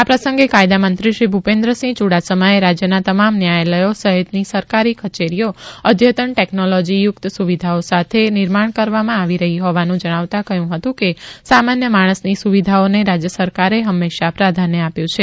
આ પ્રસંગે કાયદામંત્રીશ્રી ભુપેન્દ્રસિંહ યુડાસમાએ રાજ્યના તમામ ન્યાયાલયો સહિતની સરકારી કચેરીઓ અદ્યતન ટેકનોલોજીયુક્ત સુવિધાઓ સાથે નિર્માણ કરવામાં આવી રહી હોવાનું જણાવતા કહ્યું હતું કે સામાન્ય માણસની સુવિધાઓને રાજ્ય સરકારે હંમેશા પ્રાધાન્ય આપ્યું છે